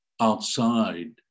outside